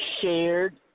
shared